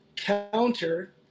counter